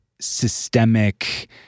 systemic